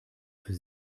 für